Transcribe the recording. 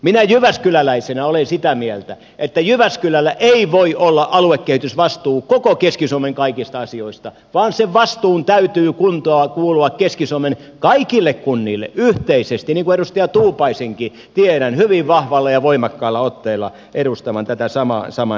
minä jyväskyläläisenä olen sitä mieltä että jyväskylällä ei voi olla aluekehitysvastuu koko keski suomen kaikista asioista vaan sen vastuun täytyy kuulua keski suomen kaikille kunnille yhteisesti niin kuin edustaja tuupaisenkin tiedän hyvin vahvalla ja voimakkaalla otteella edustavan tätä samaa näkemystä